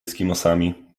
eskimosami